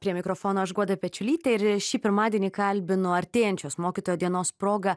prie mikrofono aš guoda pečiulytė ir šį pirmadienį kalbinu artėjančios mokytojo dienos proga